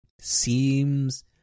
seems